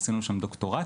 עשינו שם דוקטורטים.